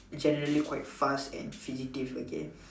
generally quite fast and fidgety okay